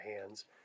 hands